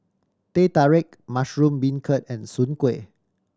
Teh Tarik mushroom beancurd and Soon Kuih